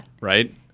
right